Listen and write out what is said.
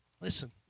listen